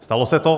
Stalo se to?